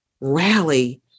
rally